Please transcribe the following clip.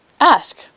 Ask